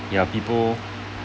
there are people